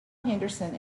henderson